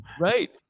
right